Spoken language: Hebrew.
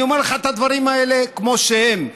אני אומר לך את הדברים האלה כמו שהם.